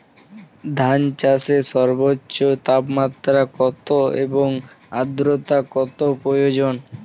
ধান চাষে সর্বোচ্চ তাপমাত্রা কত এবং আর্দ্রতা কত প্রয়োজন?